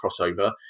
crossover